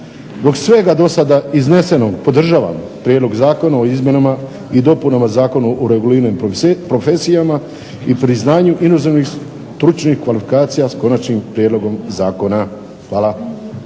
Zbog svega do sada iznesenog podržavam Prijedlog zakona o izmjenama i dopunama Zakona o reguliranim profesijama i priznanju inozemnih stručnih kvalifikacija s konačnim prijedlogom zakona. Hvala.